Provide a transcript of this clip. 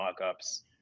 mockups